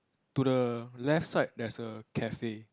to the left side there's a cafe